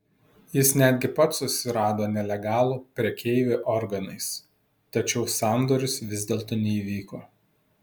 jis netgi pats susirado nelegalų prekeivį organais tačiau sandoris vis dėlto neįvyko